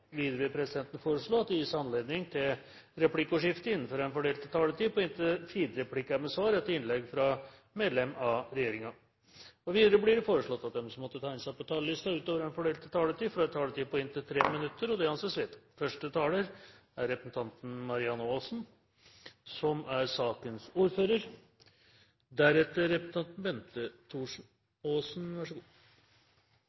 videre foreslå at det gis anledning til replikkordskifte på inntil fire replikker med svar etter innlegg fra medlem av regjeringen innenfor den fordelte taletid. Videre blir det foreslått at de som måtte tegne seg på talerlisten utover den fordelte taletid, får en taletid på inntil 3 minutter. – Det anses vedtatt. Første taler er Bente Thorsen, som er sakens ordfører. Egentlig er det Tord Lien som er saksordfører, president. Bente Thorsen